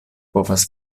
povas